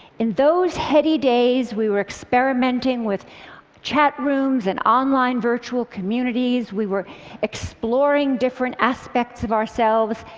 in those heady days, we were experimenting with chat rooms and online virtual communities. we were exploring different aspects of ourselves.